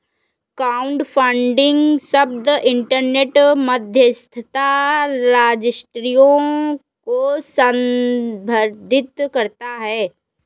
crowdfunding शब्द internet मध्यस्थता रजिस्ट्रियों को संदर्भित करता है